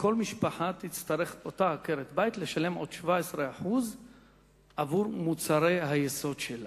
שעקרת-הבית תצטרך לשלם עוד 17% על מוצרי היסוד שלה,